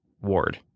Ward